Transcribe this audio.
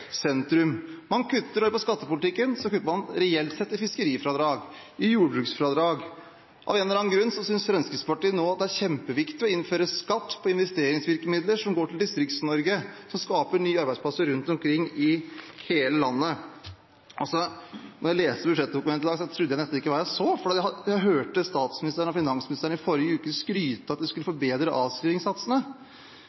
sentrum. Når det gjelder skattepolitikken, kutter man reelt sett i fiskerifradrag, i jordbruksfradrag. Av en eller annen grunn synes Fremskrittspartiet nå at det er kjempeviktig å innføre skatt på investeringsvirkemidler som går til Distrikts-Norge for å skape nye arbeidsplasser rundt omkring i hele landet. Da jeg leste budsjettdokumentet i dag, trodde jeg nesten ikke det jeg så, for jeg hørte statsministeren og finansministeren i forrige uke skryte av at de skulle